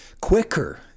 quicker